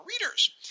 readers